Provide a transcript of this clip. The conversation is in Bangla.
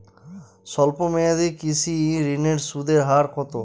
স্বল্প মেয়াদী কৃষি ঋণের সুদের হার কত?